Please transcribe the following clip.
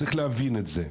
צריך להבין את זה,